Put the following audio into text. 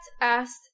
asked